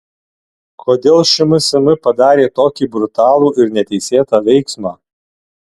kodėl šmsm padarė tokį brutalų ir neteisėtą veiksmą